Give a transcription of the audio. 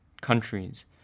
countries